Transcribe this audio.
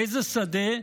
איזה שדה?